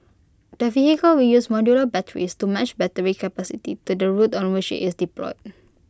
the vehicle will use modular batteries to match battery capacity to the route on which it's deployed